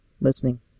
listening